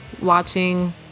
watching